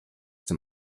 dem